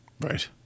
Right